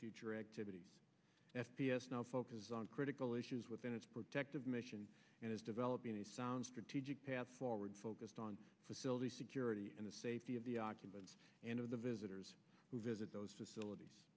future activities s p s now focus on critical issues within its protective mission and is developing a sound strategic path forward focused on facilities security and the safety of the occupants and of the visitors who visit those facilities